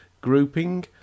grouping